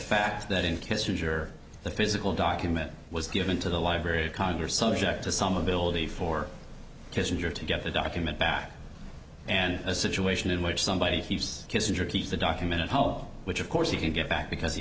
fact that in kissinger the physical document was given to the library of congress subject to some ability for kissinger to get a document back and a situation in which somebody kissinger keeps the document at home which of course he can get back because he